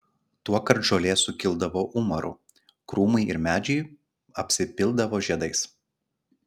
tuokart žolė sukildavo umaru krūmai ir medžiai apsipildavo žiedais